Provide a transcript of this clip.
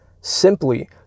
simply